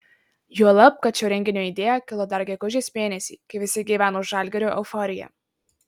juolab kad šio renginio idėja kilo dar gegužės mėnesį kai visi gyveno žalgirio euforija